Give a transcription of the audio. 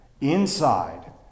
inside